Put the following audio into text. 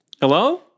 Hello